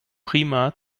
prima